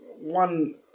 one